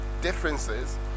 differences